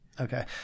Okay